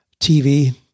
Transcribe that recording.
TV